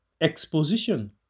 Exposition